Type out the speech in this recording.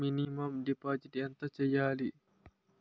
Minimum deposit ఎంత చెయ్యాలి?